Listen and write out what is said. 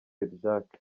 jack